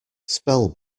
spell